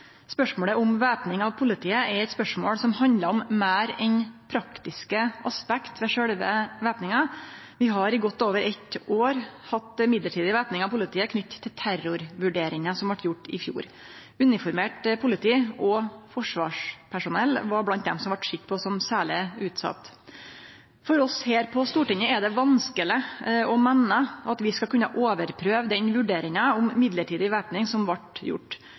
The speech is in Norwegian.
Spørsmålet om væpning av politiet er eit spørsmål som handlar om meir enn praktiske aspekt ved sjølve væpninga. Vi har i godt over eit år hatt mellombels væpning av politiet knytt til terrorvurderinga som vart gjord i fjor. Uniformert politi og forsvarspersonell var blant dei som var sett på som særleg utsette. For oss her på Stortinget er det vanskeleg å meine at vi skal kunne overprøve den vurderinga om mellombels væpning som vart